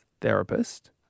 therapist